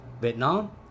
Vietnam